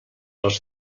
dels